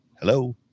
hello